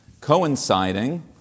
coinciding